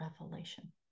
revelation